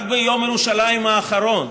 רק ביום ירושלים האחרון,